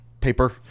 paper